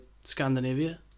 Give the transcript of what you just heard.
Scandinavia